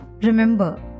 Remember